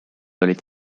olid